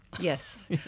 Yes